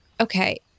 okay